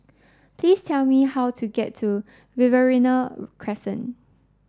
please tell me how to get to Riverina Crescent